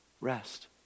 rest